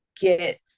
get